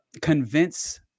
convince